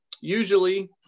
usually